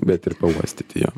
bet ir pauostyti jo